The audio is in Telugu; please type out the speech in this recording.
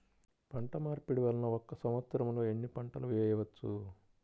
పంటమార్పిడి వలన ఒక్క సంవత్సరంలో ఎన్ని పంటలు వేయవచ్చు?